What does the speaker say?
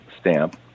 stamp